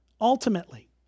Ultimately